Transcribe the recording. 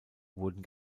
wurden